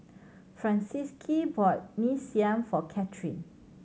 Francisqui bought Mee Siam for Katherine